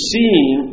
Seeing